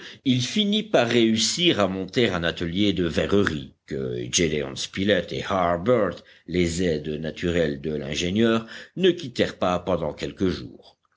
il finit par réussir à monter un atelier de verrerie que gédéon spilett et harbert les aides naturels de l'ingénieur ne quittèrent pas pendant quelques jours